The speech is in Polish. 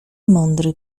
mądry